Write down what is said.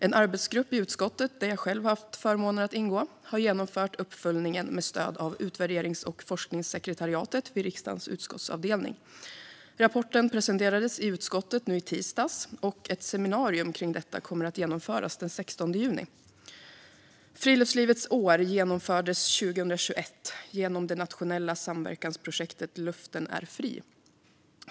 En arbetsgrupp i utskottet där jag själv haft förmånen att ingå har genomfört uppföljningen med stöd av utvärderings och forskningssekretariatet vid riksdagens utskottsavdelning. Rapporten presenterades i utskottet i tisdags, och ett seminarium om detta kommer att genomföras den 16 juni. Friluftslivets år genomfördes 2021 genom det nationella samverkansprojektet Luften är fri.